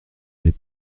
des